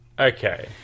Okay